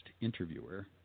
interviewer